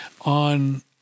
on